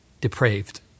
depraved